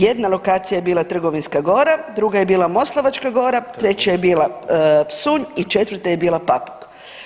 Jedna lokacija je bila Trgovinska gora, druga je bila Moslavačka gora, treća je bila Psunj i četvrta je bila Papuk.